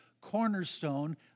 Cornerstone